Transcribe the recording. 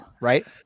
right